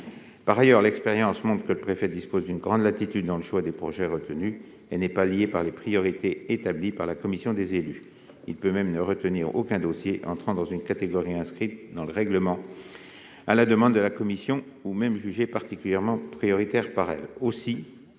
Par ailleurs, l'expérience montre que le préfet dispose d'une grande latitude dans le choix des projets retenus et n'est pas lié par les priorités établies par la commission des élus. Il peut même ne retenir aucun dossier entrant dans une catégorie inscrite dans le règlement à la demande de la commission ou qu'elle jugerait particulièrement prioritaire.